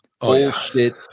bullshit